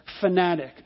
fanatic